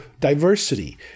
diversity